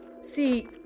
See